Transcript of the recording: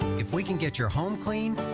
if we can get your home clean,